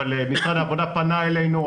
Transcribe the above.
אבל משרד העבודה פנה אלינו,